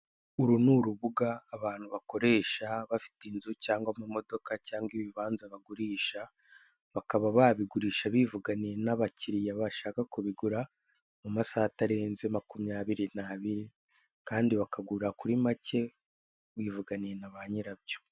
Uru ni urubuga abantu bakoresha bafite inzu cyangwa amamodoka cyangwa ibibanza bagurisha bakaba babigurisha bivuganiye n'abakiriya bashaka kubigura mu masaha atarenze makumyabiri n'abiri kandi bakagura kuri make bivuganiye nabanyirabyo.